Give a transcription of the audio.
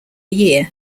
year